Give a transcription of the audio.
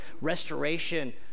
restoration